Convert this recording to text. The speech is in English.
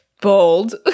Bold